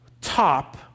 top